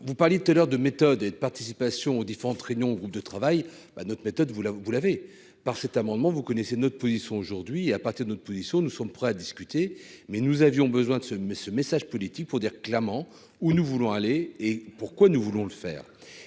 vous parliez de telle heure de méthode et de participation aux différentes réunions, au groupe de travail ben notre méthode, vous l'avez vous l'avez par cet amendement, vous connaissez notre position aujourd'hui à partir de notre position, nous sommes prêts à discuter, mais nous avions besoin de se mais ce message politique pour dire clairement où nous voulons aller et pourquoi nous voulons le faire